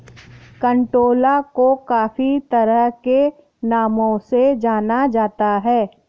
कंटोला को काफी तरह के नामों से जाना जाता है